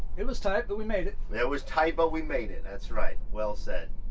it was tight, but we made it. yeah it was tight but we made it. that's right. well said.